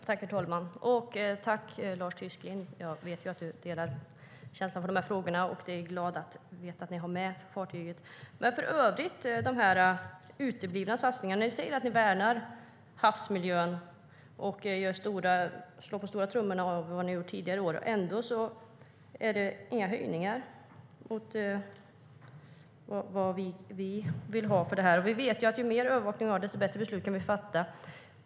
Herr talman! Jag tackar dig för svaret, Lars Tysklind. Jag vet att du delar känslan för de här frågorna, och jag är glad att veta att ni har med fartyget. Men i övrigt är det uteblivna satsningar. Jag ser att ni värnar havsmiljön och slår på stora trumman för vad ni har gjort tidigare år. Men ändå är det inga höjningar mot vad vi vill ha. Ju mer övervakning vi har, desto bättre beslut kan vi fatta.